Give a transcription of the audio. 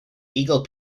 eagle